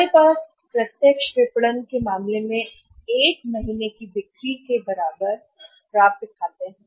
हमारे पास प्रत्यक्ष विपणन के मामले में 1 महीने की बिक्री के बराबर प्राप्य खाते हैं